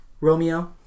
Romeo